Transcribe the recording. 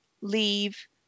leave